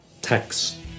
tax